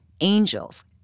angels